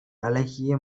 அழகிய